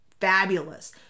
fabulous